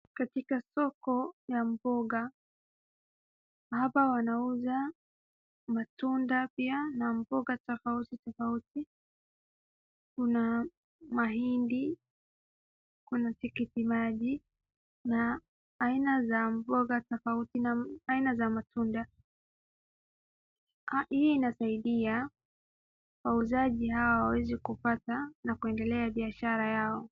Katika soko ya mboga hapa wanauza matunda pia na mboga tofauti tofauti kuna mahindi, kuna tikiti maji, kuna aina za mboga tofauti na aina za matunda. Hii inasaidia wauzaji hawa waweze kupata na kuendelea biashara yao.